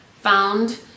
found